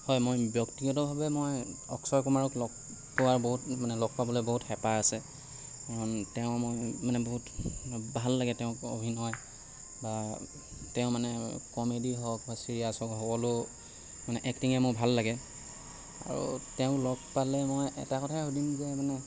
হয় মই ব্যক্তিগতভাৱে মই অক্ষয় কুমাৰক লগ পোৱাৰ বহুত মানে লগ পাবলৈ বহুত হেঁপাহ আছে তেওঁ মানে বহুত ভাল লাগে তেওঁক অভিনয় বা তেওঁ মানে কমেডী হওঁক বা চিৰিয়াছ হ'বলৈও মানে এক্টিঙে মোৰ ভাল লাগে আৰু তেওঁক লগ পালে মই এটা কথাই সুধিম যে মানে